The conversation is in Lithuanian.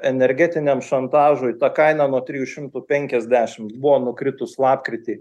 energetiniam šantažui ta kaina nuo trijų šimtų penkiasdešimt buvo nukritus lapkritį